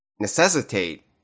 necessitate